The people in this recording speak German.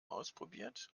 ausprobiert